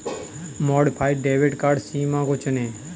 modified debit card सीमा को चुनें